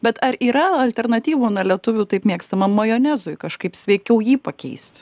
bet ar yra alternatyvų na lietuvių taip mėgstamam majonezui kažkaip sveikiau jį pakeist